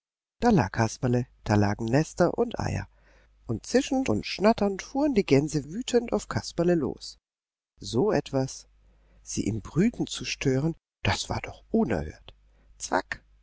da lag kasperle da lagen nester und eier und zischend und schnatternd fuhren die gänse wütend auf kasperle los so etwas sie im brüten zu stören das war doch unerhört zwack